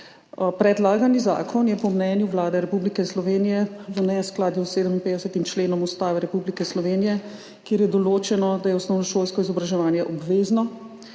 Predlagani zakon je po mnenju Vlade Republike Slovenije v neskladju s 57. členom Ustave Republike Slovenije, kjer je določeno, da je osnovnošolsko izobraževanje obvezno.